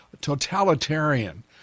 totalitarian